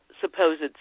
supposed